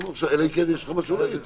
אלא אם כן יש לך משהו להגיד,